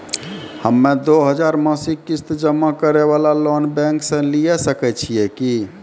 हम्मय दो हजार मासिक किस्त जमा करे वाला लोन बैंक से लिये सकय छियै की?